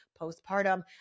postpartum